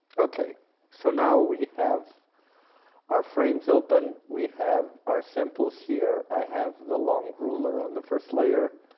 okay so now we have our frms open we have our samples here, i have the long ruler on the first layer,